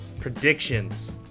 predictions